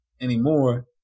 anymore